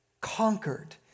conquered